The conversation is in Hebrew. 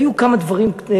היו כמה דברים,